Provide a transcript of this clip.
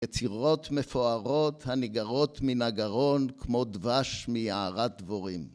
יצירות מפוארות הניגרות מן הגרון כמו דבש מיערת דבורים